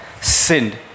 sinned